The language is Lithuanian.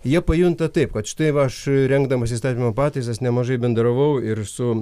jie pajunta taip kad štai va aš rengdamas įstatymo pataisas nemažai bendravau ir su